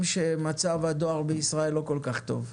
שמצב הדואר בישראל לא כל כך טוב,